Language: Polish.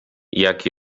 jak